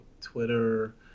Twitter